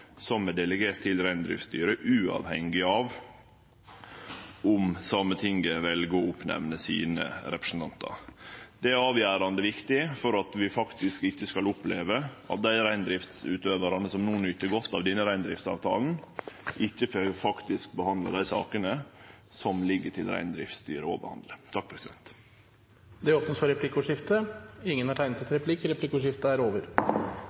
kjent med at eg på sjølvstendig grunnlag no vil nemne opp staten sine representantar i reindriftsstyret for å få i gang igjen forvaltninga når det gjeld reindriftssaker som er delegerte til reindriftsstyret, uavhengig av om Sametinget vel å nemne opp sine representantar. Det er avgjerande viktig for at vi ikkje skal oppleve at dei reindriftsutøvarane som no nyt godt av denne reindriftsavtalen, ikkje får behandla dei sakene som ligg til